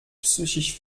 psychisch